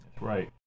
Right